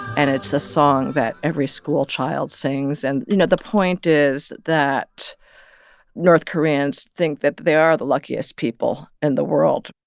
and it's a song that every schoolchild sings. and, you know, the point is that north koreans think that they are the luckiest people in and the world.